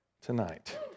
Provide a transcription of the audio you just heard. tonight